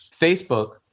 Facebook